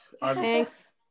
thanks